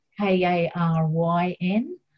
K-A-R-Y-N